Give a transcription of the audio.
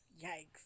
Yikes